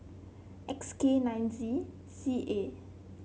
X K nine Z C A